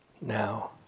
Now